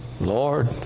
Lord